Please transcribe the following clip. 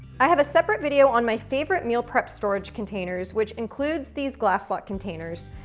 i have a separate video on my favorite meal prep storage containers, which includes these glass slot containers.